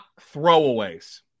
throwaways